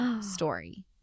story